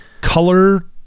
color